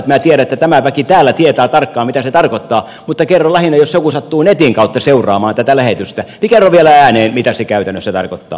minä tiedän että tämä väki täällä tietää tarkkaan mitä se tarkoittaa mutta kerron lähinnä jos joku sattuu netin kautta seuraamaan tätä lähetystä vielä ääneen mitä se käytännössä tarkoittaa